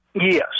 Yes